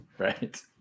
Right